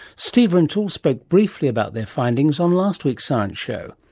steve rintoul spoke briefly about their findings on last week's science show.